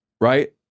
right